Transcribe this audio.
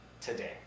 today